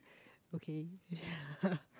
okay